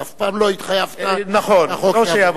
אתה אף פעם לא התחייבת שהחוק יעבור.